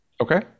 Okay